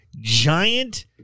giant